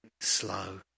slow